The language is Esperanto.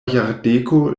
jardeko